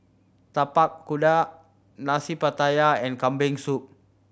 Tapak Kuda Nasi Pattaya and Kambing Soup